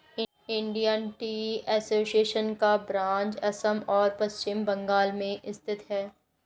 Indian tea association का branch Assam और पश्चिम बंगाल में स्थित है